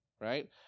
right